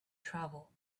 travel